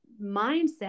mindset